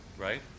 Right